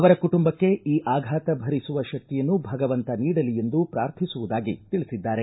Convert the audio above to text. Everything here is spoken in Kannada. ಅವರ ಕುಟುಂಬಕ್ಕೆ ಈ ಆಘಾತ ಭರಿಸುವ ಶಕ್ತಿಯನ್ನು ಭಗವಂತ ನೀಡಲಿ ಎಂದು ಪ್ರಾರ್ಥಿಸುವುದಾಗಿ ತಿಳಿಸಿದ್ದಾರೆ